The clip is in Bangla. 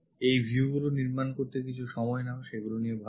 এই viewগুলো নির্মাণ করতে কিছু সময় নাও সেগুলি নিয়ে ভাবো